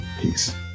peace